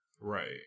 Right